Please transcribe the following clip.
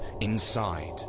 inside